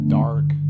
dark